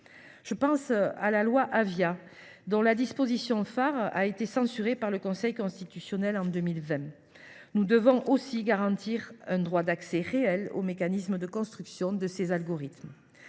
internet, dite loi Avia, dont la disposition phare a été censurée par le Conseil constitutionnel en 2020. Nous devons obtenir un droit d’accès réel aux mécanismes de construction de ces algorithmes.